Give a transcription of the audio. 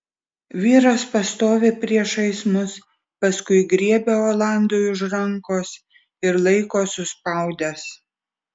vyras pastovi priešais mus paskui griebia olandui už rankos ir laiko suspaudęs